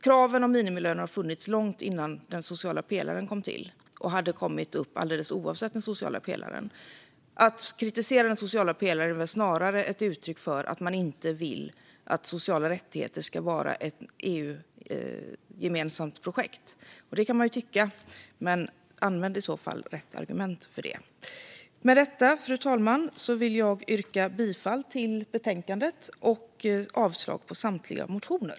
Kraven på minimilöner har funnits sedan långt innan den sociala pelaren kom till och hade kommit upp alldeles oavsett den sociala pelaren. Kritik mot den sociala pelaren är väl snarare ett uttryck för att man inte vill att sociala rättigheter ska vara ett EU-gemensamt projekt. Så kan man ju tycka, men man bör i så fall använda rätt argument för det. Med detta, fru talman, vill jag yrka bifall till förslaget i betänkandet och avslag på samtliga motioner.